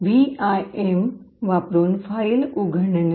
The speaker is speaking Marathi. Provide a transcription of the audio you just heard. Vim वापरुन फाईल उघडणे